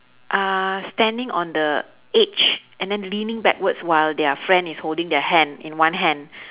uh standing on the edge and then leaning backwards while their friend is holding their hand in one hand